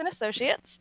Associates